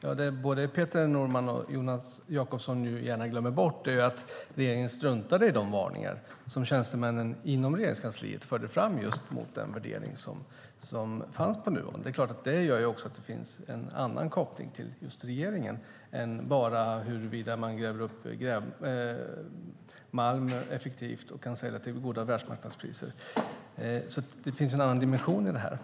Det både Peter Norman och Jonas Jacobsson Gjörtler nu gärna glömmer bort är att regeringen struntade i de varningar som tjänstemännen i Regeringskansliet förde fram mot den värdering av Nuon som fanns. Det gör också att det finns en annan koppling till regeringen än huruvida man bara gräver upp malm effektivt och kan sälja till goda världsmarknadspriser. Det finns en annan dimension i detta.